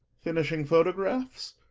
finishing photographs?